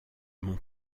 mon